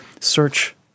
search